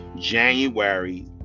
January